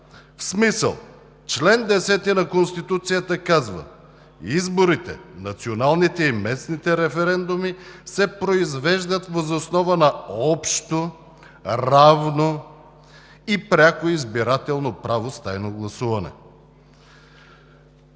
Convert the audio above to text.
В смисъл, че чл. 10 от Конституцията казва: „Изборите, националните и местните референдуми се произвеждат въз основа на общо, равно и пряко избирателно право с тайно гласуване.“